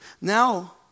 Now